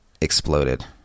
exploded